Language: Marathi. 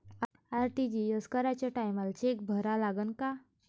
आर.टी.जी.एस कराच्या टायमाले चेक भरा लागन का?